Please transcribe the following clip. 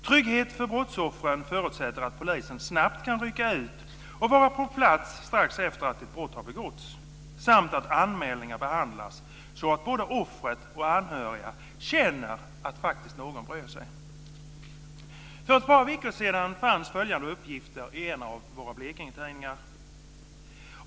Trygghet för brottsoffren förutsätter att polisen snabbt kan rycka ut och vara på plats strax efter det att ett brott har begåtts samt att anmälningar behandlas så att både offret och anhöriga känner att någon faktiskt bryr sig. För ett par veckor sedan fanns följande uppgifter i en av våra Blekingetidningar.